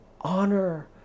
honor